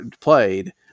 played